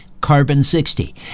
carbon-60